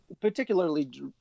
particularly